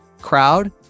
crowd